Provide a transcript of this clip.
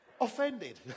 offended